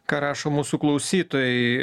ką rašo mūsų klausytojai